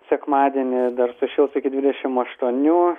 sekmadienį dar sušils iki dvidešim aštuonių